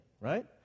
Right